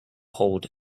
hold